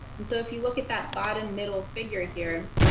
and so if you look at that bottom middle figure here,